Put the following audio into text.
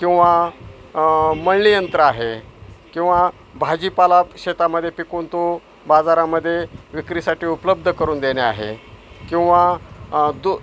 किंवा मळणीयंत्र आहे किंवा भाजीपाला शेतामध्ये पिकवून तो बाजारामध्ये विक्रीसाठी उपलब्ध करून देणे आहे किंवा दो